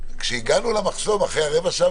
כשהגענו למחסום אחרי רבע שעה,